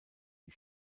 die